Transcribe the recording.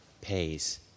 pays